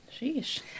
Sheesh